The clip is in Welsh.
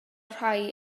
rhai